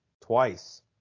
Twice